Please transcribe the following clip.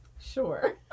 Sure